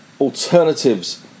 alternatives